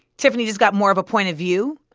tiffany just got more of a point of view,